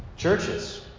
Churches